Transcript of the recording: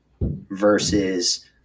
versus